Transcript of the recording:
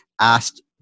asked